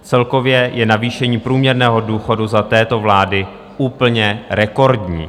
Celkově je navýšení průměrného důchodu za této vlády úplně rekordní.